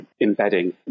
embedding